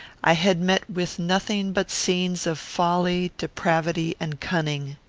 i had met with nothing but scenes of folly, depravity, and cunning.